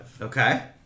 Okay